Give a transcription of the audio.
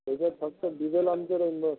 याच्यात फक्त डिजल आमचं राहील बस